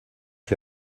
que